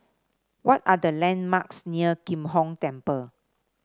what are the landmarks near Kim Hong Temple